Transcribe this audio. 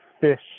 Fish